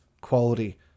quality